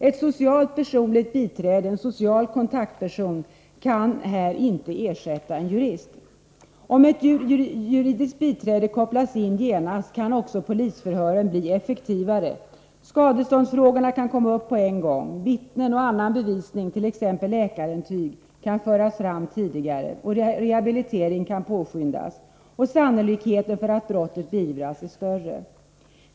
Ett socialt personligt biträde, en social kontaktperson, kan här inte ersätta en jurist. Om ett juridiskt biträde kopplas in genast kan också polisförhören bli effektivare. Skadeståndsfrågorna kan komma upp på en gång, vittnen och annan bevisning, t.ex. läkarintyg, kan föras fram tidigare, och rehabilitering kan påskyndas. Sannolikheten för att brottet beivras är större.